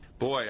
Boy